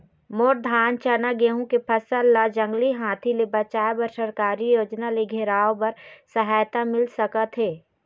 मोर धान चना गेहूं के फसल ला जंगली हाथी ले बचाए बर सरकारी योजना ले घेराओ बर सहायता मिल सका थे?